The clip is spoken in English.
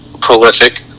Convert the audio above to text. prolific